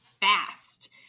fast